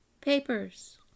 papers